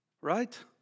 Right